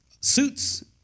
suits